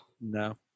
No